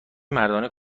مردانه